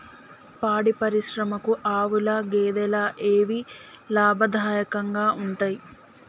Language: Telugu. పాడి పరిశ్రమకు ఆవుల, గేదెల ఏవి లాభదాయకంగా ఉంటయ్?